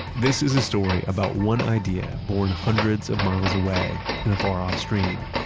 this is a story about one idea born hundreds of miles away and far off stream.